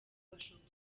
bashoboye